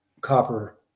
copper